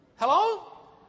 Hello